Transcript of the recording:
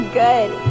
good